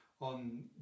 on